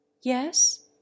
yes